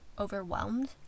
overwhelmed